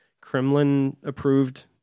Kremlin-approved